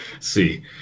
See